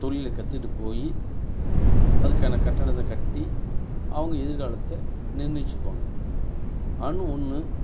தொழிலை கத்துட்டு போய் அதுக்கான கட்டணத்தை கட்டி அவங்க எதிர்காலத்தை நிர்ணியச்சிக்குவாங்க ஆனால் ஒன்று